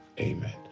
amen